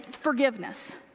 forgiveness